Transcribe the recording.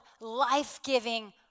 life-giving